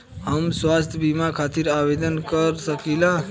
हम स्वास्थ्य बीमा खातिर आवेदन कर सकीला?